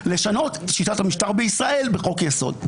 לשנות את שיטת המשטר בישראל בחוק-יסוד.